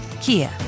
Kia